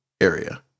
area